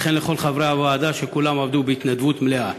ולכל חברי הוועדה, שכולם עבדו בהתנדבות מלאה.